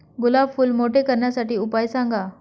गुलाब फूल मोठे करण्यासाठी उपाय सांगा?